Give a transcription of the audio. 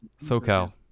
SoCal